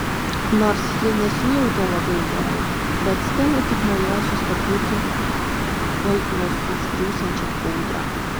nors ji nesijautė labai gerai bet stela tik norėjo sustabdyti tuoj juos užgriūsiančią audrą